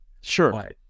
sure